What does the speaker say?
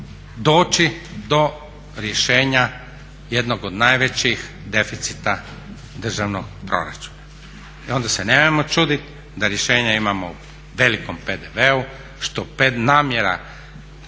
doći do rješenja jednog od najvećih deficita državnog proračuna. I onda se nemojmo čudit da rješenja imamo u velikom PDV-u što namjera